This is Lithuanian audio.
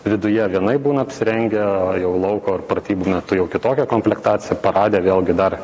viduje vienaip būna apsirengę o jau lauko pratybų metu jau kitokia komplektacija parade vėlgi dar